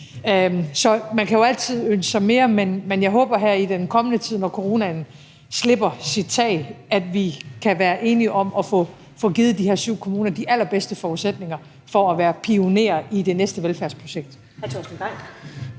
Man kan jo altid ønske sig mere, men jeg håber, at vi her i den kommende tid, når coronaen slipper sit tag, kan være enige om at få givet de her syv kommuner de allerbedste forudsætninger for at være pionerer i det næste velfærdsprojekt.